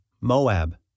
Moab